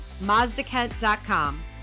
Mazdakent.com